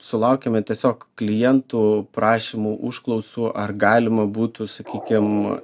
sulaukiame tiesiog klientų prašymų užklausų ar galima būtų sakykim